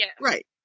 Right